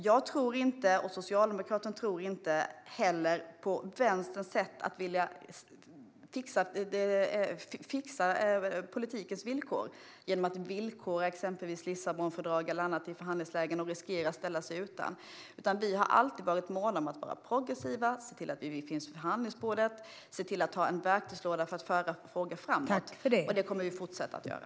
Jag och Socialdemokraterna tror inte heller på Vänsterns sätt att vilja fixa politikens villkor genom att villkora exempelvis Lissabonfördraget eller annat i förhandlingsläget och därmed riskera att ställa sig utanför. Vi har alltid varit måna om att vara progressiva, se till att vi finns vid förhandlingsbordet och ha en verktygslåda för att föra frågor framåt. Detta kommer vi att fortsätta göra.